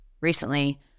recently